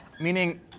meaning